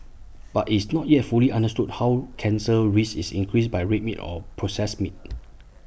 but it's not yet fully understood how cancer risk is increased by red meat or processed meat